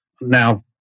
now